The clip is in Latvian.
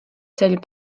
ceļu